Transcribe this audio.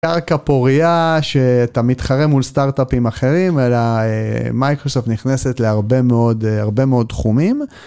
קרקע פוריה שאתה מתחרה מול סטארטאפים אחרים אלא מייקרוספ נכנסת להרבה מאוד הרבה מאוד תחומים.